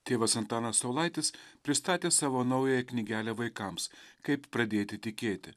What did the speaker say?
tėvas antanas saulaitis pristatė savo naująją knygelę vaikams kaip pradėti tikėti